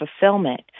fulfillment